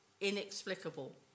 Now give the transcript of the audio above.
inexplicable